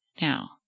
Now